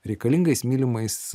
reikalingais mylimais